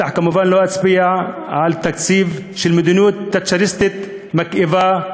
כמובן לא אצביע על תקציב של מדיניות תאצ'ריסטית מכאיבה,